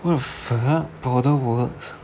what the fuck powder works